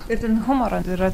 ir ten humoro yra